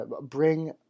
bring